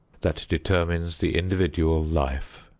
that determines the individual life.